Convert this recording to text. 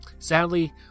Sadly